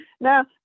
Now